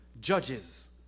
judges